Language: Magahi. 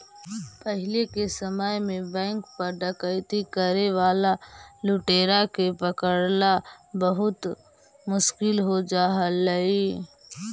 पहिले के समय में बैंक पर डकैती करे वाला लुटेरा के पकड़ला बहुत मुश्किल हो जा हलइ